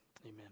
amen